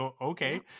okay